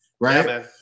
right